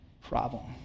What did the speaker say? problem